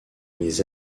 les